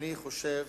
אני חושב